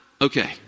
Okay